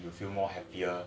you feel more happier